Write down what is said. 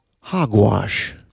hogwash